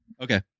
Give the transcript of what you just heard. Okay